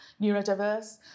neurodiverse